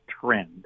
trend